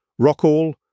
Rockall